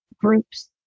groups